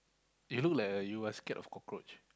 you look like a you are scared of cockroach